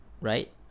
right